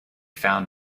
found